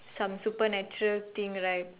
some supernatural thing right